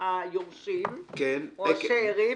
האמור בכל דין או הסכם,